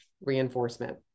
reinforcement